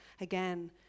again